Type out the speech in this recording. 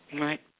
right